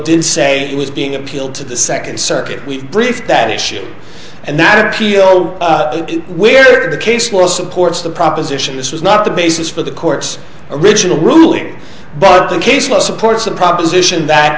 did say it was being appealed to the second circuit we briefed that issue and that appeal where the case was supports the proposition this was not the basis for the court's original ruling but the case law supports the proposition that